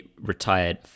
retired